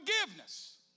Forgiveness